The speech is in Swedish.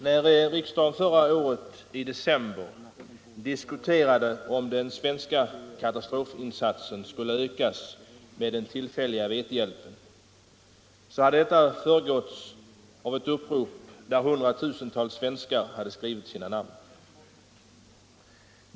När riksdagen i december förra året diskuterade om den svenska katastrofinsatsen skulle ökas med den tillfälliga vetehjälpen, hade det förekommit ett upprop där hundratusentals svenskar skrivit sina namn.